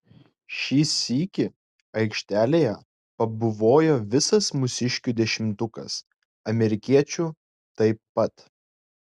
šį sykį aikštelėje pabuvojo visas mūsiškių dešimtukas amerikiečių taip pat